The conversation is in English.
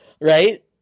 right